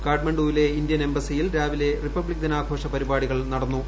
കാഠ്മണ്ഡുവിലെ Indian എംബസിയിൽ രാവിലെ republic ദിനാഘോഷ പരിപാടികൾ നടന്നു